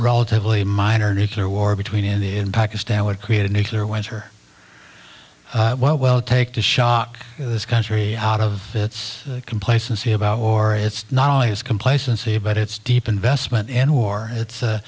relatively minor nuclear war between india and pakistan would create a nuclear winter well take the shock this country out of its complacency about war it's not only is complacency but it's deep investment and war it's